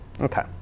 Okay